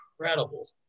incredible